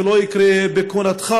ולא יקרה בכהונתך,